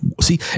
See